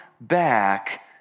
back